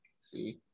see